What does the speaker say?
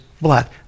blood